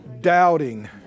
doubting